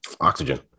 oxygen